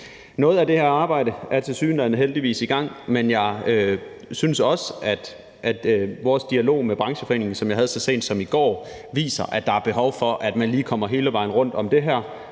Noget af det her arbejde er tilsyneladende og heldigvis i gang, men jeg synes også, at dialogen med brancheforeningen, som jeg havde så sent som i går, viser, at der er behov for, at man lige kommer hele vejen rundt om det her